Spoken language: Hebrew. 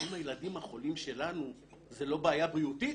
האם הילדים החולים שלנו זה לא בעיה בריאותית?